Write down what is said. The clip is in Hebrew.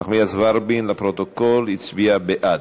נחמיאס ורבין לפרוטוקול, הצביעה בעד.